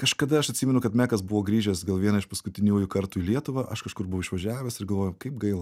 kažkada aš atsimenu kad mekas buvo grįžęs gal vieną iš paskutiniųjų kartų į lietuvą aš kažkur buvau išvažiavęs ir galvojau kaip gaila